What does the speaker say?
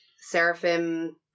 seraphim